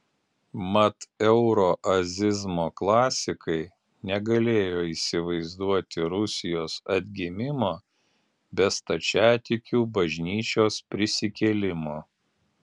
mat euroazizmo klasikai negalėjo įsivaizduoti rusijos atgimimo be stačiatikių bažnyčios prisikėlimo